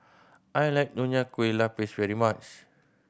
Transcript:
I like Nonya Kueh Lapis very much